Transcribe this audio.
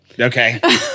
Okay